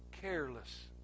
careless